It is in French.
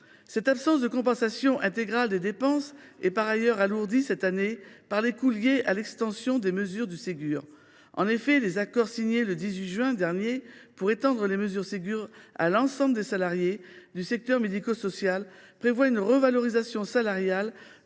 Cette absence de compensation intégrale des dépenses est par ailleurs alourdie, cette année, par les coûts liés à l’extension des mesures du Ségur. En effet, les accords signés le 18 juin dernier pour étendre les mesures du Ségur à l’ensemble des salariés du secteur médico social prévoient une revalorisation salariale